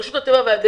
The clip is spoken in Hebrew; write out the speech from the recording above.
רשות הטבע והגנים,